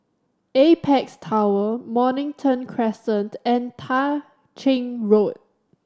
Apex Tower Mornington Crescent and Tah Ching Road